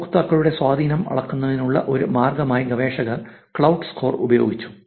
ഉപയോക്താക്കളുടെ സ്വാധീനം അളക്കുന്നതിനുള്ള ഒരു മാർഗമായി ഗവേഷകർ ക്ലൌട്ട് സ്കോർ ഉപയോഗിച്ചു